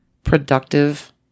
productive